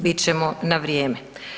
Bit ćemo na vrijeme.